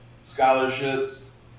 scholarships